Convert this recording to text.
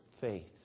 faith